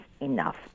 enough